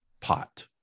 pot